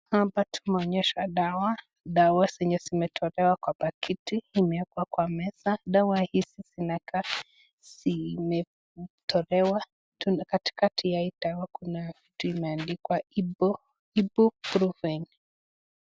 Hapa tumeonyeshwa dawa zenye zimetolewa Kwa pakiti imewekwa kwa meza dawa hizi zinakaa zimetolewa katikatiya hii dawa Kuna kitu imeandikwa ipo ipo provine